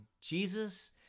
Jesus